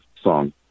song